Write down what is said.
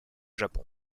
japon